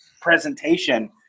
presentation